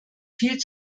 viel